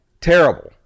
terrible